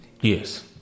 yes